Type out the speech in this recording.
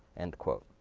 end quote.